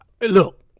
Look